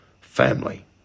family